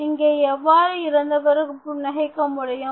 இங்கே எவ்வாறு இறந்தவர் புன்னகைக்க முடியும்